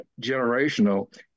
generational